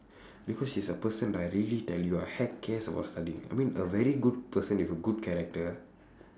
because she is a person right really I tell you ah heck cares about studying I mean a very good person with a good character